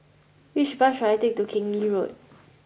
which bus should I take to Keng Lee Road